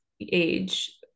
age